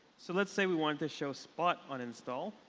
so let's say we wanted to show spot on install.